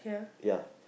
ya